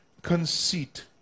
Conceit